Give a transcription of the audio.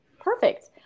perfect